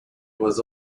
was